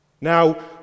Now